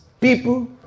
people